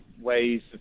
ways